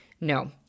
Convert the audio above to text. No